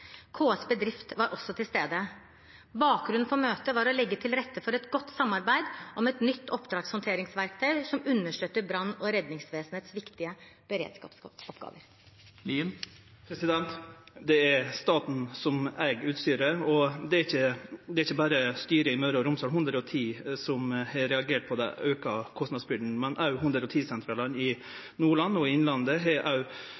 KS Bedrift var også til stede. Bakgrunnen for møtet var å legge til rette for et godt samarbeid om et nytt oppdragshåndteringsverktøy som understøtter brann- og redningsvesenets viktige beredskapsoppgaver. Det er staten som eig utstyret, og det er ikkje berre styret i Møre og Romsdal 110 som har reagert på den auka kostnadsbyrden, men 110-sentralane i Nordland og Innlandet har